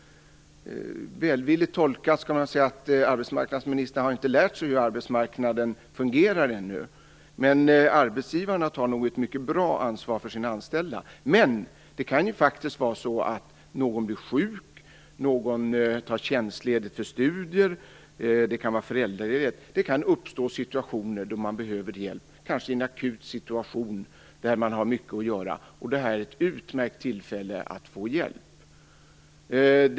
Med en välvillig tolkning kan man säga att arbetsmarknadsministern ännu inte har lärt sig hur arbetsmarknaden fungerar. Arbetsgivarna tar nog ett mycket bra ansvar för sina anställda. Men det kan ju faktiskt vara så att någon blir sjuk, att någon tar tjänstledigt för studier eller att någon är föräldraledig. Det kan uppstå situationer då man som arbetsgivare behöver hjälp. Kanske har man i en akut situation mycket att göra, och det är då ett utmärkt tillfälle att be om och få hjälp.